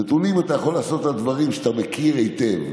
נתונים אתה יכול לעשות על דברים שאתה מכיר היטב,